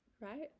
right